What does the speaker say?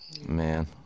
man